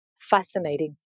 fascinating